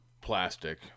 plastic